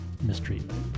mistreatment